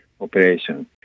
operation